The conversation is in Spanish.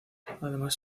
además